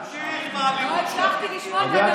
נא שקט, בבקשה.